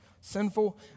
sinful